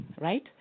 right